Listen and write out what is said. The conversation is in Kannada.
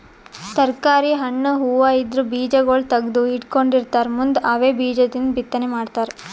ತರ್ಕಾರಿ, ಹಣ್ಣ್, ಹೂವಾ ಇದ್ರ್ ಬೀಜಾಗೋಳ್ ತಗದು ಇಟ್ಕೊಂಡಿರತಾರ್ ಮುಂದ್ ಅವೇ ಬೀಜದಿಂದ್ ಬಿತ್ತನೆ ಮಾಡ್ತರ್